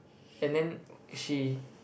and then she